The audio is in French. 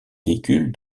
véhicule